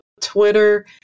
Twitter